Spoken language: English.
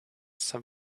some